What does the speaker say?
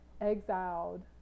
exiled